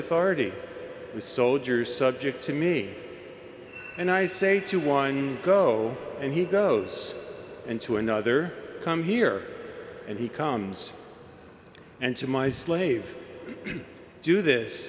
authority as soldiers subject to me and i say to one go and he goes and to another come here and he comes and to my slave do this